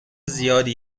زیادی